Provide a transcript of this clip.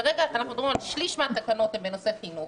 כרגע אנחנו מדברים על שליש מהתקנות שהן בנושא חינוך.